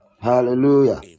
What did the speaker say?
Hallelujah